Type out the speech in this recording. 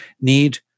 need